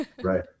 Right